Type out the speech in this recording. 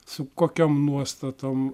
su kokiom nuostatom